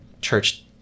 church